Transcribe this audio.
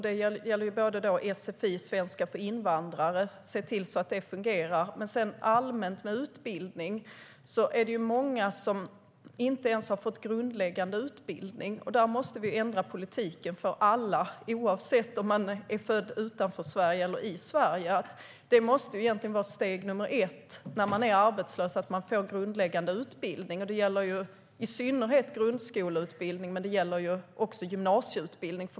Det gäller att se till så att sfi, svenska för invandrare, fungerar, och ser man till detta med utbildning allmänt är det många som inte ens har fått grundläggande utbildning. Där måste vi ändra politiken för alla, oavsett om det gäller dem som är födda utanför Sverige eller i Sverige. Steg 1 när man är arbetslös måste vara att man får grundläggande utbildning. Det gäller i synnerhet grundskoleutbildning men också gymnasieutbildning.